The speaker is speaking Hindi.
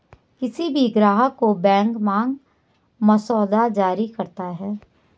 किसी भी ग्राहक को बैंक मांग मसौदा जारी करता है